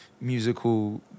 musical